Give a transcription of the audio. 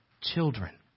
children